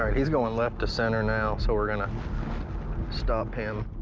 he's going left the center now, so we're going to stop him.